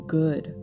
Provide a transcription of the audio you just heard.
good